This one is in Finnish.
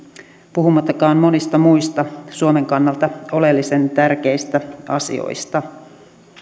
puhumattakaan monista muista suomen kannalta oleellisen tärkeistä asioista